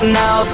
now